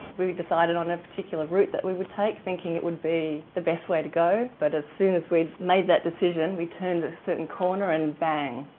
we had decided on a particular route that we would take thinking it would be the best way to go. but as soon as we made that decision we turned a certain corner and bang,